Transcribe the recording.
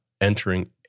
entering